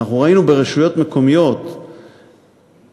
אנחנו ראינו ברשויות מקומיות רבות,